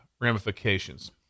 ramifications